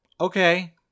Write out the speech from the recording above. Okay